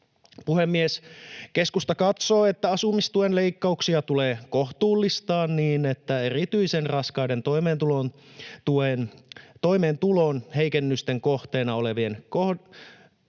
Puhemies! Keskusta katsoo, että asumistuen leikkauksia tulee kohtuullistaa niin, että erityisen raskaiden toimeentulon heikennysten kohteena oleviin kohdentuvaa